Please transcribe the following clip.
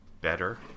better